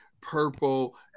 purple